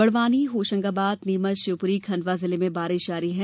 बड़वानी होशंगाबाद नीमच शिवपुरी खण्डवा जिले में बारिश जारी है